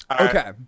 Okay